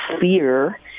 fear